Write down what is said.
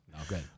Okay